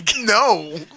No